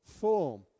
form